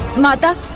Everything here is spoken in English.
not know